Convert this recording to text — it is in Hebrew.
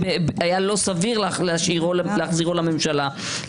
שהיה לא סביר להחזירו לממשלה,